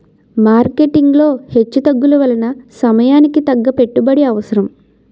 marketing లో హెచ్చుతగ్గుల వలన సమయానికి తగ్గ పెట్టుబడి అవసరం